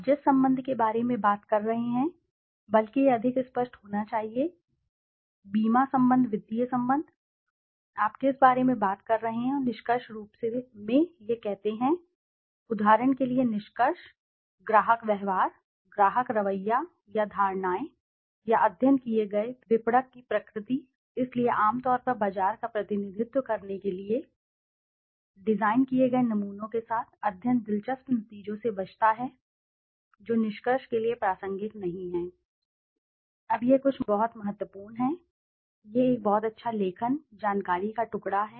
आप जिस संबंध के बारे में बात कर रहे हैं बल्कि यह अधिक स्पष्ट होना चाहिए बीमा संबंध वित्तीय संबंध आप किस बारे में बात कर रहे हैं और निष्कर्ष रूप में यह कहते हैं उदाहरण के लिए निष्कर्ष ग्राहक व्यवहार ग्राहक रवैया या धारणाएं या अध्ययन किए गए विपणक की प्रकृति इसलिए आमतौर पर बाजार का प्रतिनिधित्व करने के लिए डिज़ाइन किए गए नमूनों के साथ अध्ययन दिलचस्प नतीजों से बचता है जो निष्कर्ष के लिए प्रासंगिक नहीं हैं अब यह कुछ बहुत महत्वपूर्ण है यह एक बहुत अच्छा लेखन जानकारी का टुकड़ा है